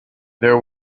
there